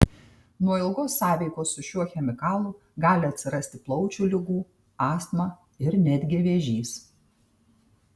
nuo ilgos sąveikos su šiuo chemikalu gali atsirasti plaučių ligų astma ir netgi vėžys